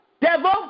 devil